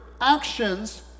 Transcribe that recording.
actions